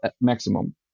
maximum